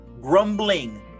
grumbling